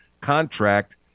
contract